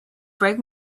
break